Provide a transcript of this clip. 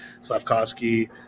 Slavkowski